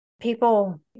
People